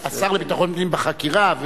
בוודאי, השר לביטחון פנים, בחקירה,